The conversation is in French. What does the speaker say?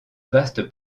vaste